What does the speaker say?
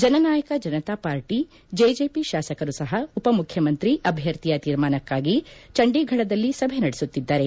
ಜನನಾಯಕ Janata party JJP ತಾಸಕರು ಸಹ ಉಪಮುಖ್ಯಮಂತ್ರಿ ಅಭ್ಯರ್ಧಿಯ ತೀರ್ಮಾನಕ್ಷಾಗಿ ಚಂಡೀಘಡದಲ್ಲಿ ಸಭೆ ನಡೆಸುತ್ತಿದ್ದಾರೆ